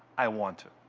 i want it.